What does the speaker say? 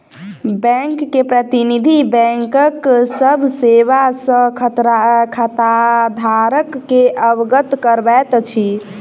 bank के प्रतिनिधि, बैंकक सभ सेवा सॅ खाताधारक के अवगत करबैत अछि